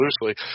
loosely